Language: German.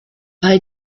bei